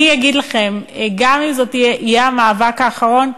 אגיד לכם: גם אם זה יהיה המאבק האחרון,